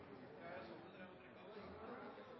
som er